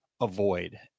avoid